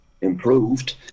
improved